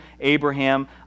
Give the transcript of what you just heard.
Abraham